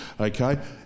Okay